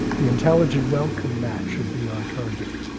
the intelligent welcome mat should be our target,